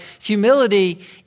humility